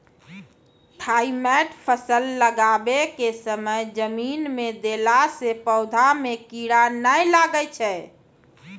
Thimet फ़सल लगाबै के समय जमीन मे देला से पौधा मे कीड़ा नैय लागै छै?